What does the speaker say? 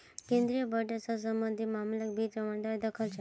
केन्द्रीय बजट स सम्बन्धित मामलाक वित्त मन्त्रालय द ख छेक